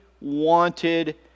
wanted